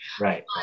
Right